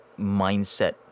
mindset